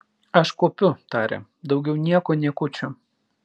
aš kuopiu tarė daugiau nieko niekučio